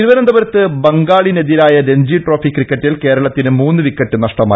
തിരുവനന്തപുരത്ത് ബംഗാളിനെതിരായ രഞ്ജി ട്രോഫി ക്രിക്കറ്റിൽ കേരളത്തിന് മൂന്ന് വിക്കറ്റ് നഷ്ടമായി